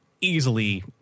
easily